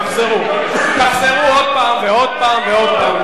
תחזרו עוד פעם ועוד פעם ועוד פעם.